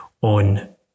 on